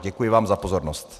Děkuji vám za pozornost.